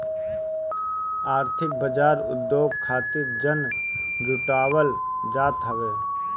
आर्थिक बाजार उद्योग खातिर धन जुटावल जात हवे